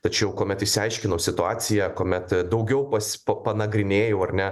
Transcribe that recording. tačiau kuomet išsiaiškinau situaciją kuomet daugiau pas pa panagrinėju ar ne